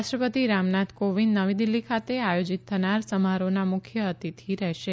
રાષ્ટ્રપતિ રામનાથ કોવિદ નવી દિલ્હી ખાતે આયોજીત થનાર સમારોહનાં મુખ્ય અતિથી હશે